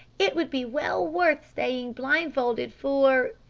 it would be well-worth staying blindfolded for.